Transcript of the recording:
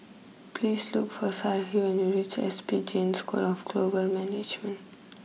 please look for Sarahi when you reach S P Jain School of Global Management